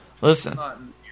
listen